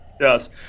Yes